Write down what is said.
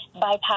bypass